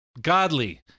godly